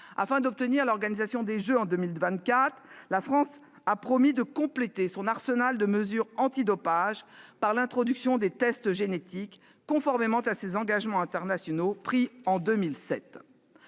Afin d'obtenir l'organisation des Jeux de 2024, la France a promis de compléter son arsenal de mesures antidopage par l'introduction des tests génétiques, conformément aux engagements internationaux qu'elle